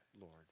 Lord